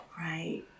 Right